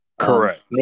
Correct